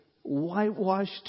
whitewashed